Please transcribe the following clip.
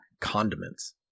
condiments